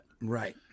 Right